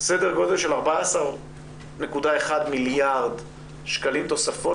סדר גודל של 14.1 מיליארד שקלים תוספות